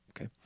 Okay